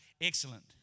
excellent